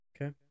Okay